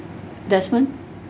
desmond